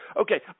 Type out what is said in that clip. Okay